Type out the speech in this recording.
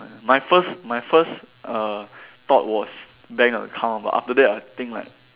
my first my first err thought was bank account but after that I think like